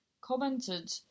commented